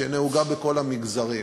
שנהוגה בכל המגזרים,